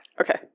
Okay